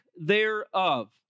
thereof